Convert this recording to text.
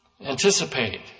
Anticipate